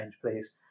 please